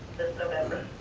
this november.